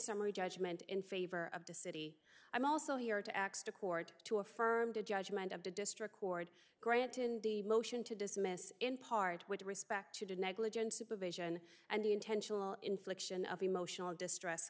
summary judgment in favor of the city i'm also here to axe to court to affirm the judgment of the district court granted the motion to dismiss in part with respect to the negligent supervision and intentional infliction of emotional distress